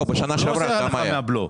הוא לא עושה הנחה מהבלו.